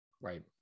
right